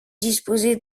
disposés